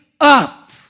up